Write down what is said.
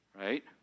right